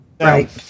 Right